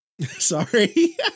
Sorry